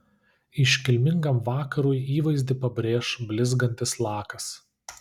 iškilmingam vakarui įvaizdį pabrėš blizgantis lakas